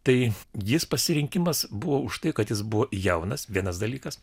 tai jis pasirinkimas buvo už tai kad jis buvo jaunas vienas dalykas